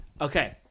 Okay